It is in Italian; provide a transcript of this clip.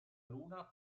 luna